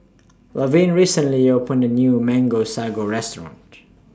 Laverne recently opened A New Mango Sago Restaurant